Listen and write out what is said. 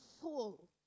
full